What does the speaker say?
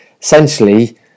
Essentially